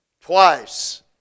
twice